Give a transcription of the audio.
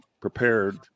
prepared